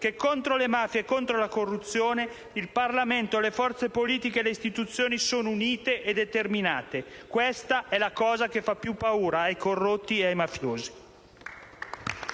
che contro le mafie e contro la corruzione il Parlamento, le forze politiche, le istituzioni sono uniti e determinati. Questa è la cosa che fa più paura ai corrotti e ai mafiosi.